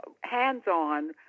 hands-on